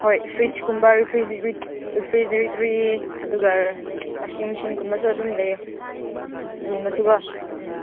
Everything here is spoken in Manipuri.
ꯍꯣꯏ ꯐ꯭ꯔꯤꯖꯀꯨꯝꯕ ꯔꯦꯐ꯭ꯔꯤꯖꯔꯦꯇ꯭ꯔꯤ ꯑꯗꯨꯒ ꯋꯥꯁꯤꯡ ꯃꯦꯆꯤꯟꯒꯨꯝꯕꯁꯨ ꯑꯗꯨꯝ ꯂꯩꯌꯦ ꯔꯨꯝꯗꯁꯨ ꯀꯣ ꯎꯝ